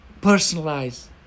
personalized